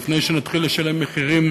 לפני שנתחיל לשלם מחירים